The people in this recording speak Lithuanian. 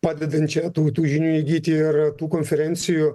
padedančią tų tų žinių įgyti ir tų konferencijų